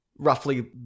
roughly